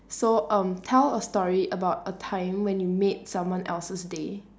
so um tell a story about a time when you made someone else's day